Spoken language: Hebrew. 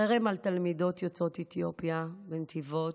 חרם על תלמידות יוצאות אתיופיה בנתיבות,